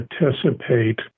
participate